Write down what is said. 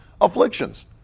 afflictions